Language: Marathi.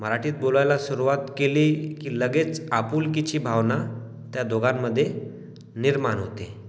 मराठीत बोलायला सुरवात केली की लगेच आपुलकीची भावना त्या दोघांमध्ये निर्माण होते